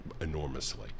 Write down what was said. enormously